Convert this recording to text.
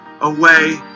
away